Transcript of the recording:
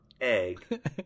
egg